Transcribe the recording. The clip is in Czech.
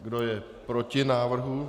Kdo je proti návrhu?